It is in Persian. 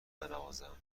بنوازم